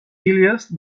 illes